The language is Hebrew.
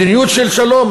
מדיניות של שלום,